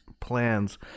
plans